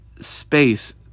space